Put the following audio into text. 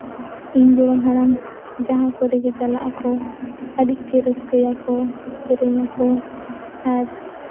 ᱤᱧ ᱜᱚᱲᱚᱢ ᱦᱟᱲᱟᱢ ᱡᱟᱦᱟᱸ ᱠᱚᱨᱮᱜᱮ ᱪᱟᱞᱟᱜ ᱟᱠᱚ ᱟᱹᱰᱤᱜᱮ ᱨᱟᱹᱥᱠᱟᱹᱭᱟᱠᱚ ᱥᱮᱨᱮᱧᱟ ᱠᱚ ᱟᱨ